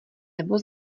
nebo